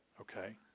Okay